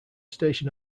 station